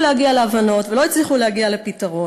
להגיע להבנות ולא הצליחו להגיע לפתרון,